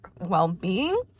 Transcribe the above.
well-being